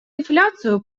инфляцию